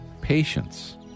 patience